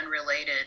unrelated